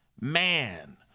Man